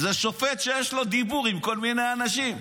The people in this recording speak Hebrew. זה שופט שיש לו דיבור עם כל מיני אנשים.